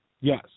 Yes